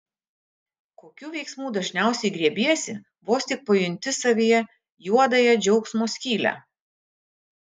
kokių veiksmų dažniausiai griebiesi vos tik pajunti savyje juodąją džiaugsmo skylę